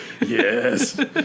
Yes